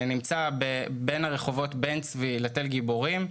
הוא נמצא בין הרחובות בן צבי לתל גיבורים.